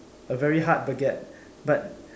a very hard baguette but